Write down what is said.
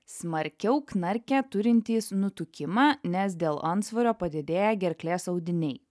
smarkiau knarkia turintys nutukimą nes dėl antsvorio padidėja gerklės audiniai